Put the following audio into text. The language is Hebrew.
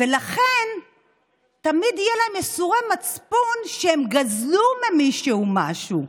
לכן תמיד יהיו להם ייסורי מצפון שהם גזלו ממישהו משהו.